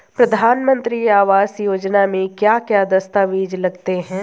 प्रधानमंत्री आवास योजना में क्या क्या दस्तावेज लगते हैं?